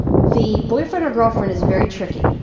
the boyfriend or girlfriend is very tricky,